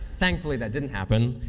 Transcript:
thankfully, that didn't happen,